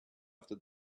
after